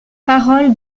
paroles